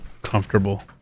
comfortable